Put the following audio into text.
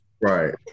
right